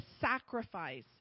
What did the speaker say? sacrifice